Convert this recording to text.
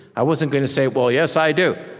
i wasn't gonna say, well, yes, i do.